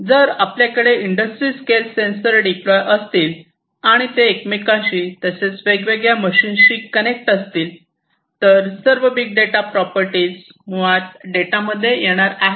जर आपल्याकडे industry scale sensor deploy असतील आणि ते एकमेकांशी तसेच वेगवेगळ्या मशीनशी कनेक्ट असतील तर सर्व बिग डेटा प्रॉपर्टीज मुळात डेटा मध्ये येणार आहेत